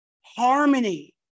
Harmony